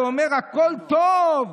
ואומר: הכול טוב,